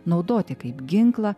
naudoti kaip ginklą